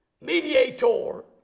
mediator